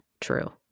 true